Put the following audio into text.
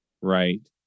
right